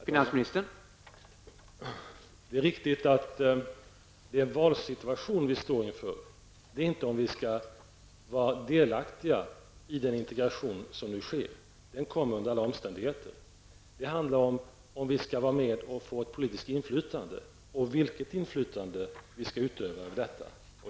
Herr talman! Det är riktigt att den valsituation som vi står inför inte är om vi skall vara delaktiga i den integration som nu sker. Den kommer under alla omständigheter. Det handlar om huruvida vi skall vara med och få ett politiskt inflytande och vilket inflytande vi då skall utöva.